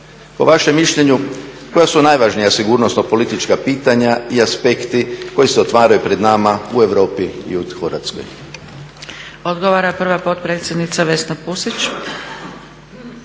Po vašem mišljenju, koja su najvažnija sigurnosno-politička pitanja i aspekti koji se otvaraju pred nama u Europi i u Hrvatskoj? **Zgrebec, Dragica (SDP)** Odgovora prva potpredsjednica Vesna Pusić.